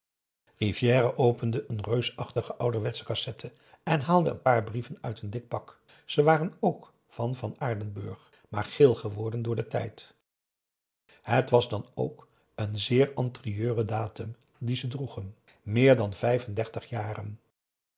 rivière opende een reusachtige ouderwetsche cassette en haalde een paar brieven uit n dik pak ze waren ook van van aardenburg maar geel geworden door den tijd het was dan ook een zeer anterieuren datum dien ze droegen meer dan vijf en dertig jaren